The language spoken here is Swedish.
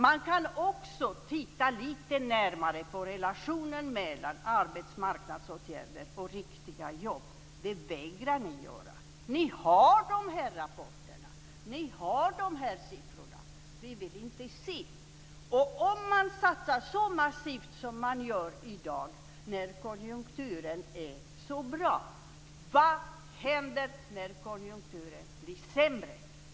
Man kan också titta lite närmare på relationen mellan arbetsmarknadsåtgärder och riktiga jobb, men det vägrar ni socialdemokrater att göra. Ni har de här rapporterna och siffrorna, men ni vill inte se. Om man satsar så massivt som man gör i dag när konjunkturen är så bra, vad händer då när konjunkturen blir sämre?